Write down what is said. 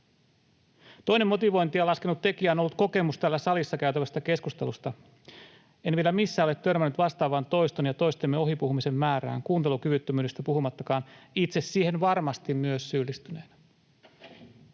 Toinen motivointia laskenut tekijä on ollut kokemus täällä salissa käytävästä keskustelusta. En vielä missään ole törmännyt vastaavaan toiston ja toistemme ohi puhumisen määrään kuuntelukyvyttömyydestä puhumattakaan — itse siihen varmasti myös syyllistyneenä.